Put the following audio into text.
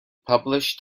published